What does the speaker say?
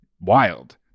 wild